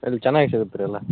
ಇಲ್ಲಿ ಚೆನ್ನಾಗಿ ಸಿಗುತ್ತೆ ರೀ ಎಲ್ಲಾ